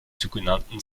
sogenannten